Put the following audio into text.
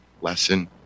lesson